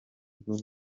bwo